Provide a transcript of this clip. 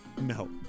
No